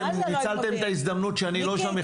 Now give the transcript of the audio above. ניצלתם את ההזדמנות שאני לא שם,